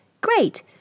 Great